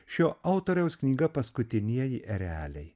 šio autoriaus knyga paskutinieji ereliai